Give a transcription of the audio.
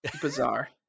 bizarre